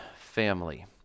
family